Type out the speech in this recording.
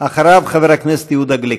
אחריו, חבר הכנסת יהודה גליק.